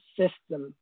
system